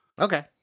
Okay